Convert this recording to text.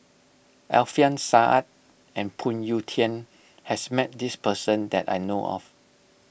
Alfian Sa'At and Phoon Yew Tien has met this person that I know of